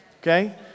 Okay